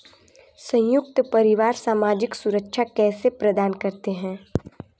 संयुक्त परिवार सामाजिक सुरक्षा कैसे प्रदान करते हैं?